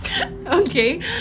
okay